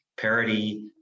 parity